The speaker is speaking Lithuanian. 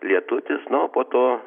lietutis nu o po to